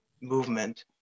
movement